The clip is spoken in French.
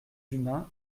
humains